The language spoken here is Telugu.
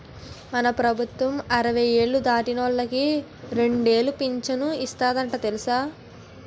మన ప్రభుత్వం అరవై ఏళ్ళు దాటినోళ్ళకి రెండేలు పింఛను ఇస్తందట తెలుసా